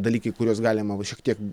dalykai kuriuos galima va šiek tiek